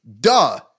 Duh